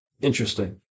Interesting